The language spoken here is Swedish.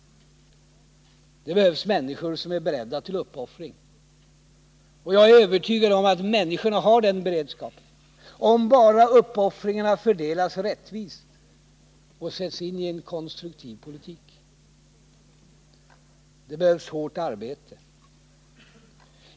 Det behövs människor som är beredda till uppoffring. Jag är övertygad om att människorna har den beredskapen, om bara uppoffringarna fördelas rättvist och sätts in i en konstruktiv politik. Det behövs hårt arbete.